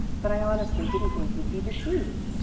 but i honestly didn't think you'd be deceived.